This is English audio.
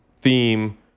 theme